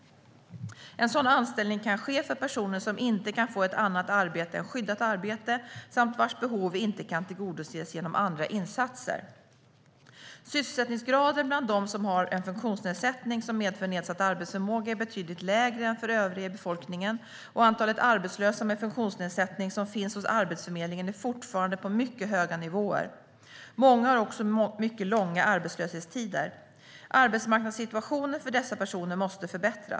En sådan anställning kan ske för personer som inte kan få ett annat arbete än skyddat arbete samt vars behov inte kan tillgodoses genom andra insatser. Sysselsättningsgraden bland dem som har en funktionsnedsättning som medför nedsatt arbetsförmåga är betydligt lägre än för övriga i befolkningen, och antalet arbetslösa med funktionsnedsättning som finns hos Arbetsförmedlingen är fortfarande på mycket höga nivåer. Många har också mycket långa arbetslöshetstider. Arbetsmarknadssituationen för dessa personer måste förbättras.